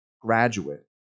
graduate